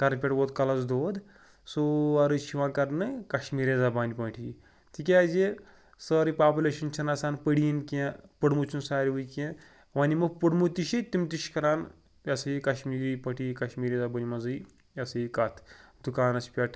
کَرٕ پٮ۪ٹھ ووت کَلَس دود سورُے چھِ یِوان کَرنہٕ کَشمیٖری زَبانہِ پٲٹھی تِکیٛازِ سٲرٕے پاپٕلیشَن چھَنہٕ آسان پٔڑِیِن کینٛہہ پوٚرمُت چھُنہٕ ساروٕے کینٛہہ وۄنۍ یِمو پوٚرمُت تہِ چھِ تِم تہِ چھِ کَران یہِ ہَسا یہِ کَشمیٖری پٲٹھی کَشمیٖری زَبٲنۍ منٛزٕے یہِ ہَسا یہِ کَتھ دُکانَس پٮ۪ٹھ